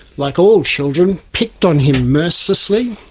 like all children, picked on him mercilessly,